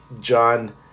John